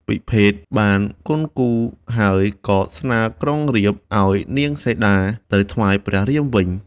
ពិភេកបានគន់គូរហើយ ក៏ស្នើក្រុងរាពណ៍ ឱ្យនាងសីតាទៅថ្វាយព្រះរាមវិញ។